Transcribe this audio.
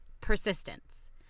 persistence